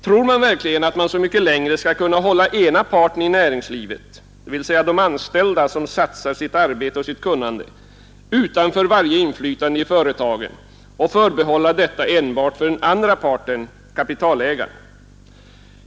Tror man verkligen att man så mycket längre skall kunna hålla ena parten i näringslivet, dvs. de anställda som satsar sitt arbete och sitt kunnande, utanför varje inflytande i företagen och förbehålla detta enbart för den andra parten, kapitalägaren?